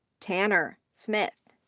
tanner smith.